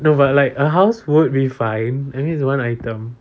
no but like a house would be fine I mean it's one item